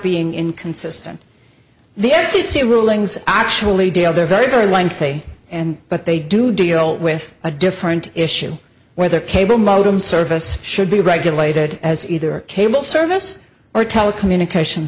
being inconsistent the f c c rulings actually deal they're very very lengthy and but they do deal with a different issue whether cable modem service should be regulated as either a cable service or telecommunications